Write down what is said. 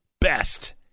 best